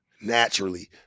naturally